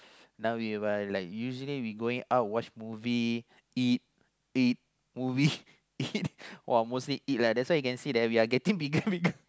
now we were like usually we going out watch movie eat eat movie eat !wah! mostly eat leh that's why you can see that we are getting bigger and bigger